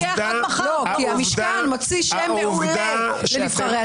לא, כי המשכן מוציא שם מעולה לנבחרי הציבור.